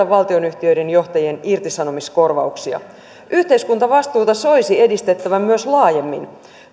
valtionyhtiöiden johtajien irtisanomiskorvauksia yhteiskuntavastuuta soisi edistettävän myös laajemmin